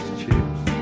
chips